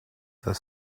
the